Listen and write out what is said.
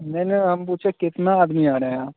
नहीं नहीं हम पूछे कितना आदमी आ रहें हैं आप